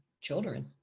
children